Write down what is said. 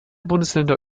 bundesländer